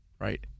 right